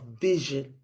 vision